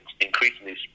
increasingly